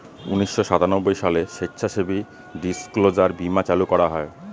উনিশশো সাতানব্বই সালে স্বেচ্ছাসেবী ডিসক্লোজার বীমা চালু করা হয়